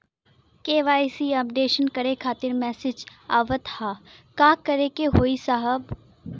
KYC updation करें खातिर message आवत ह का करे के होई साहब?